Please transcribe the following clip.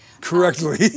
correctly